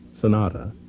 Sonata